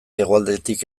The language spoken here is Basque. hegoaldetik